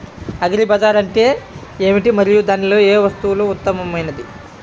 Agri bazaar అంటే ఏమిటి మరియు దానిలో ఏ వస్తువు ఉత్తమమైనది?